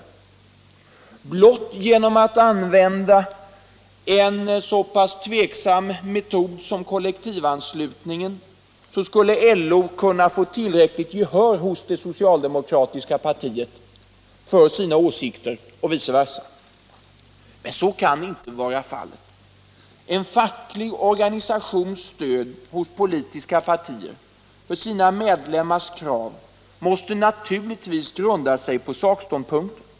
Blott = till politiskt parti, genom att använda en så pass tveksam metod som kollektivanslutningen — m.m. skulle LO få tillräckligt gehör hos det socialdemokratiska partiet för sina åsikter och vice versa. ; Men så kan inte vara fallet. En facklig organisations stöd hos politiska partier för sina medlemmars krav måste naturligtvis grunda sig på sakståndpunkter.